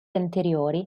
anteriori